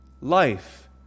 life